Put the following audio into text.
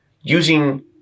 using